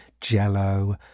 jello